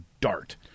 dart